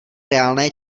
reálné